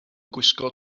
gwisgo